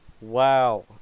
Wow